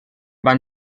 van